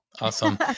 Awesome